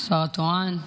שר הבריאות,